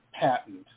patent